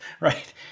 right